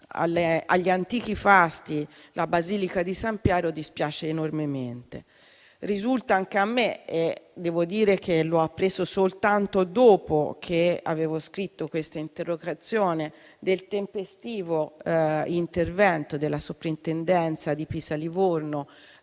agli antichi fasti la Basilica di San Pietro dispiace enormemente. Risulta anche a me - l'ho appreso soltanto dopo aver scritto questa interrogazione - il tempestivo intervento della Soprintendenza di Pisa e Livorno